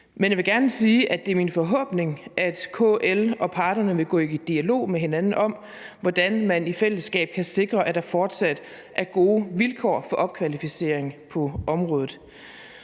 men jeg vil gerne sige, at det er min forhåbning, at KL og parterne vil gå i dialog med hinanden om, hvordan man i fællesskab kan sikre, at der fortsat er gode vilkår for opkvalificering på området.